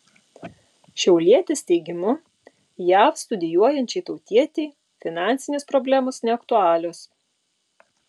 šiaulietės teigimu jav studijuojančiai tautietei finansinės problemos neaktualios